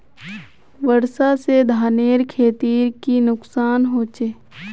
वर्षा से धानेर खेतीर की नुकसान होचे?